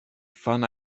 fun